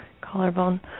Collarbone